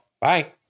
bye